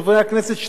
ובזה לסיים: